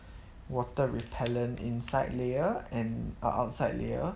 water repellent inside layer and err outside layer